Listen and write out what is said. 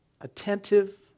attentive